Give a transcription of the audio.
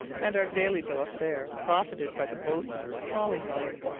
and our daily bill of fare profited by the boatswain's trawling lines,